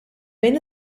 bejn